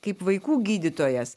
kaip vaikų gydytojas